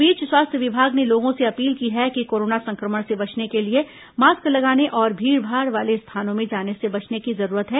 इस बीच स्वास्थ्य विभाग ने लोगों से अपील की है कि कोरोना संक्रमण से बचने के लिए मास्क लगाने और भीड़भाड़ वाले स्थानों में जाने से बचने की जरूरत है